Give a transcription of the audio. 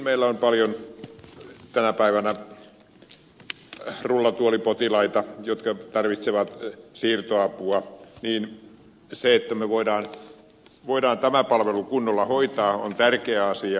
meillä on myöskin paljon tänä päivänä rullatuolipotilaita jotka tarvitsevat siirtoapua joten se että me voimme tämän palvelun kunnolla hoitaa on tärkeä asia